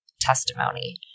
testimony